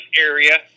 area